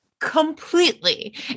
completely